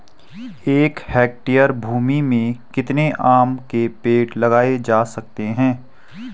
एक हेक्टेयर भूमि में कितने आम के पेड़ लगाए जा सकते हैं?